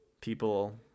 people